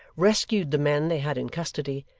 rescued the men they had in custody,